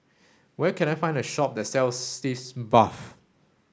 where can I find a shop that sells Sitz bath